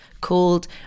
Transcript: called